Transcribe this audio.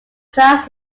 class